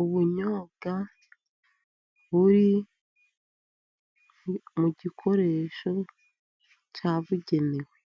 Ubunyobwa buri mu gikoresho cyabugenewe.